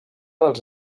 dels